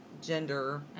gender